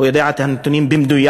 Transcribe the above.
הוא יודע את הנתונים במדויק,